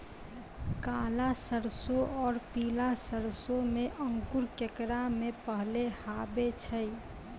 काला सरसो और पीला सरसो मे अंकुर केकरा मे पहले आबै छै?